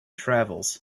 travels